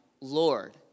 Lord